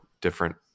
different